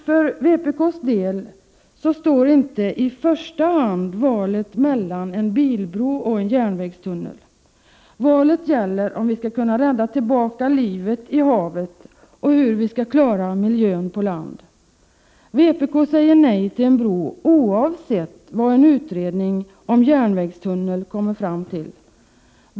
För vpk:s del står inte valet i första hand mellan en bilbro och en järnvägstunnel. Valet gäller om vi skall kunna rädda tillbaka livet i havet och hur vi skall klara miljön på land. Vpk säger nej till en bro, oavsett vad en utredning om en järnvägstunnel kommer fram till.